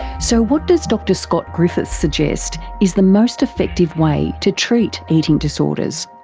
so what does dr scott griffiths suggest is the most effective way to treat eating disorders?